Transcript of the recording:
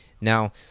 now